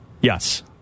Yes